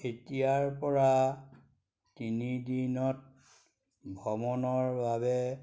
এতিয়াৰপৰা তিনি দিনত ভ্ৰমণৰ বাবে